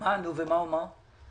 ומה הוא אמר?